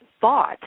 thought